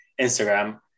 Instagram